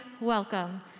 welcome